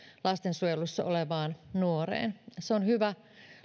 lastensuojelussa olevaan nuoreen se on hyvä